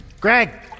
GREG